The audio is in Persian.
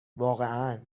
واقعا